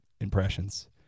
Impressions